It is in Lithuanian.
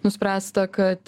nuspręsta kad